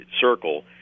circle